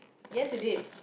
yes you did